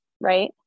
right